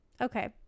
okay